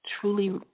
truly